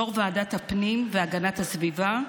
יו"ר ועדת הפנים והגנת הסביבה,